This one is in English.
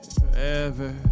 forever